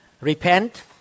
Repent